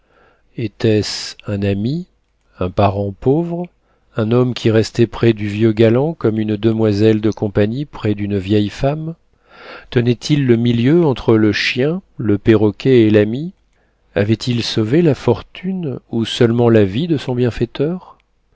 était-ce un ami un parent pauvre un homme qui restait près du vieux galant comme une demoiselle de compagnie près d'une vieille femme tenait-il le milieu entre le chien le perroquet et l'ami avait-il sauvé la fortune ou seulement la vie de son bienfaiteur